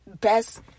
best